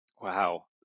wow